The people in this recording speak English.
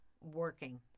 working